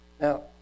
Now